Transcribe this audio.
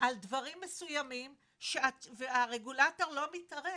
על דברים מסוימים שהרגולטור לא מתערב.